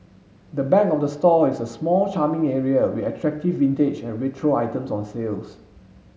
the back of the store is a small charming area with attractive vintage and retro items on sales